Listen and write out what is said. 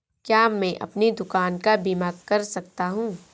क्या मैं अपनी दुकान का बीमा कर सकता हूँ?